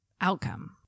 outcome